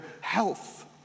health